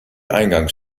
eingangs